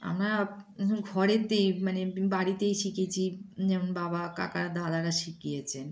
আমরা ঘরেতেই মানে বাড়িতেই শিখেছি যেমন বাবা কাকা আর দাদারা শিখিয়েছেন